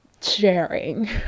sharing